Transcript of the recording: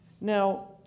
Now